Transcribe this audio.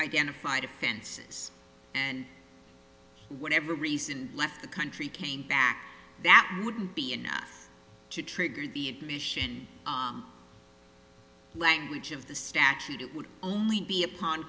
identified offenses and whatever reason left the country came back that would be enough to trigger the admission language of the statute it would only be upon